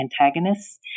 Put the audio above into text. antagonists